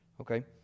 Okay